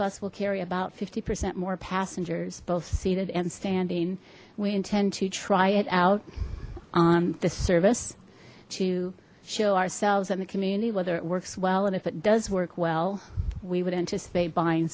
bus will carry about fifty percent more passengers both seated and standing we intend to try it out on this service to show ourselves in the community whether it works well and if it does work well we would anticipate b